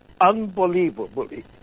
unbelievably